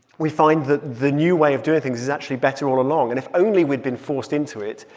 we find that the new way of doing things is actually better all along. and if only we'd been forced into it,